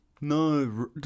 No